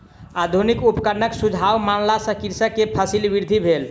आधुनिक उपकरणक सुझाव मानला सॅ कृषक के फसील वृद्धि भेल